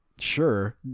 Sure